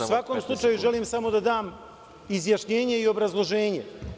U svakom slučaju, želim da dam izjašnjenje i obrazloženje.